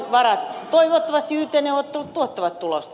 toivottavasti yt neuvottelut tuottavat tulosta